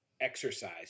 exercise